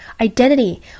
identity